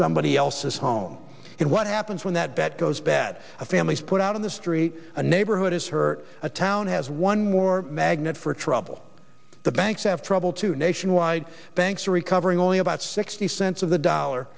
somebody else's home and what happens when that bet goes bad a family's put out on the street a neighborhood is hurt a town has one more magnet for trouble the banks have trouble too nationwide banks are recovering only about sixty cents of the dollar